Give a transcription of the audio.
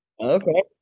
Okay